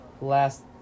last